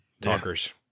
talkers